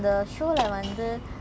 oh okay